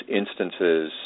instances